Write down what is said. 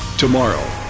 tomorrow.